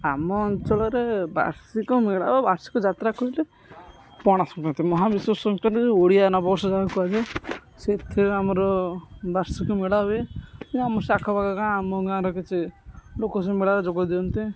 ଆମ ଅଞ୍ଚଳରେ ବାର୍ଷିକ ମେଳା ଓ ବାର୍ଷିକ ଯାତ୍ରା କହିଲେ ପଣା ସଂକ୍ରାନ୍ତି ମହାବିଶୁବ ସଂକ୍ରାନ୍ତି ଓଡ଼ିଆ ନବବର୍ଷ ଯାହାକୁ କୁହାଯାଏ ସେଥିରେ ଆମର ବାର୍ଷିକ ମେଳା ହୁଏ ଆମର ସେ ଆଖପାଖ ଗାଁ ଆମ ଗାଁର କିଛି ଲୋକ ସବୁ ମେଳାରେ ଯୋଗ ଦିଅନ୍ତି